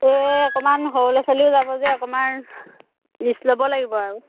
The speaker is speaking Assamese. এই অকণমান সৰু ল'ৰা ছোৱালীও যাব যে অকণমান ৰিক্স ল'ব লাগিব আৰু